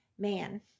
man